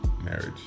marriage